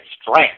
strength